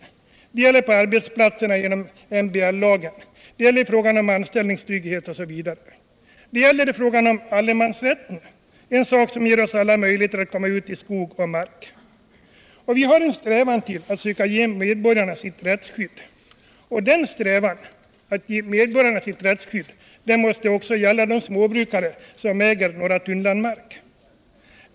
Detta gäller på arbetsplatserna genom MBL, det gäller i fråga om lagen om anställningstrygghet osv. Det gäller också i fråga om allemansrätten, som ger oss alla möjlighet att komma ut i skog och mark. Vi har en strävan att gce medborgarna rättsskydd, och denna strävan måste också gälla de småbrukare som äger några tunnland mark.